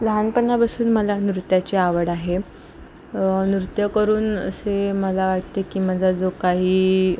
लहानपणापासून मला नृत्याची आवड आहे नृत्य करून असे मला वाटते की माझा जो काही